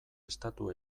estatu